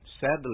sadly